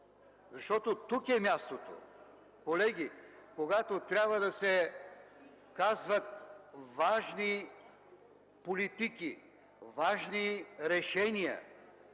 Защото тук е мястото, колеги, където трябва да се казват важни политики, важни решения.